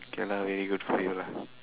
can ah very good for you ah